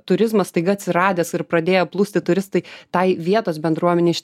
turizmas staiga atsiradęs ir pradėję plūsti turistai tai vietos bendruomenej